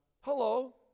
hello